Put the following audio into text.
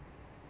like